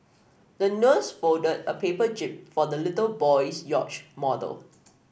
the nurse folded a paper jib for the little boy's yacht model